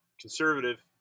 conservative